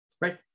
right